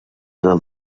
del